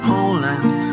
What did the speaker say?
Poland